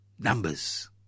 numbers